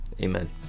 amen